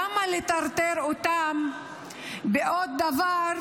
למה לטרטר אותם בעוד דבר